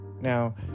Now